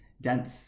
dense